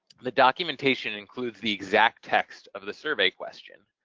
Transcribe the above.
the documentation includes the exact text of the survey question.